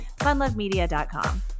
Funlovemedia.com